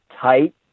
tight